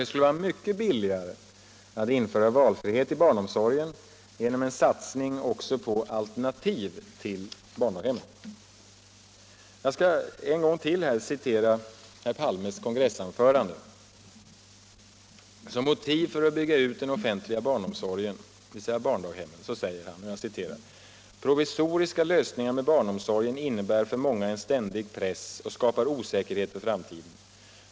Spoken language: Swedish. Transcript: Det skulle vara mycket billigare att införa valfrihet i barnomsorgen genom en satsning också på alternativ till barndaghemmen. Låt mig än en gång citera ur herr Palmes kongressanförande. Som motiv för att bygga ut den offentliga barnomsorgen, dvs. barndaghemmen, säger han: ”Provisoriska lösningar med barnomsorgen innebär för många en ständig press och skapar osäkerhet för framtiden.